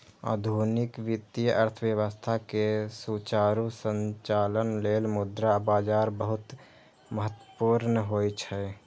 आधुनिक वित्तीय अर्थव्यवस्था के सुचारू संचालन लेल मुद्रा बाजार बहुत महत्वपूर्ण होइ छै